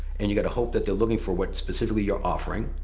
and you got a hope that they're looking for what specifically you're offering.